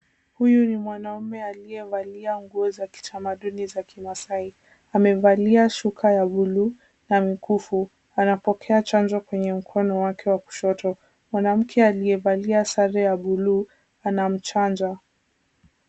Huyu ni mwanaume aliyevalia nguo za kitamaduni za kimasai. Amevalia shuka ya buluu na mikufu, anapokea chanjo kwenye mkono wake wa kushoto. Mwanamke aliyevalia sare ya buluu anamchanja.